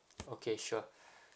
okay sure